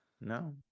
No